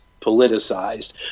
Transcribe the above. politicized